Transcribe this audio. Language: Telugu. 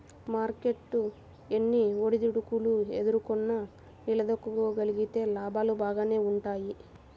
మార్కెట్టు ఎన్ని ఒడిదుడుకులు ఎదుర్కొన్నా నిలదొక్కుకోగలిగితే లాభాలు బాగానే వుంటయ్యి